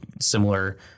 similar